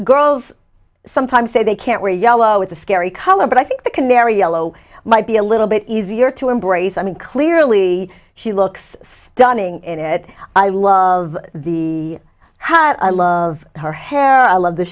girls sometimes say they can't wear yellow is a scary color but i think the canary yellow might be a little bit easier to embrace i mean clearly she looks stunning in it i love the hat i love her hair i love the